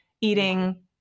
eating